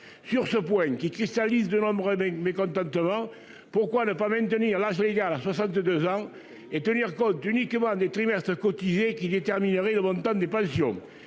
sur ce point qui cristallise de nombreux mais mécontentement. Pourquoi ne pas maintenir l'âge légal à 62 ans et tenir compte uniquement des trimestres cotisés qui déterminerait le montant des pensions